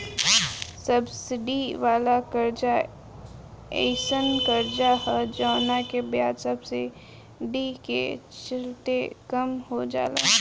subsidy वाला कर्जा एयीसन कर्जा ह जवना के ब्याज सब्सिडी के चलते कम हो जाला